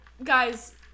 guys